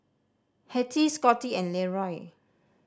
Hettie Scotty and Leroy